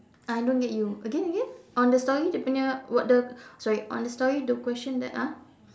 I don't get you again again on the story dia punya what the sorry on the story the question that !huh!